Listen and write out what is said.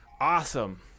Awesome